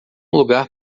lugar